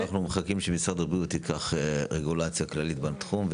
אנחנו מחכים שמשרד הבריאות ייקח רגולציה כללית בתחום,